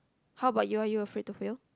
how about you are you afraid to fail